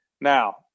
Now